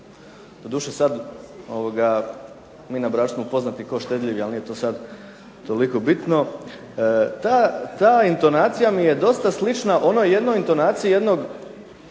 Doduše sad mi na Braču smo poznati kao štedljivi, ali nije to sad toliko bitno. Ta intonacija mi je dosta slična onoj jednoj intonaciji jednog